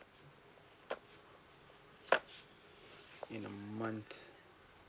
in a month